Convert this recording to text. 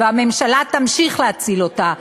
והממשלה תמשיך להציל אותו.